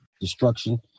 destruction